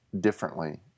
differently